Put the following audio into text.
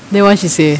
then what she say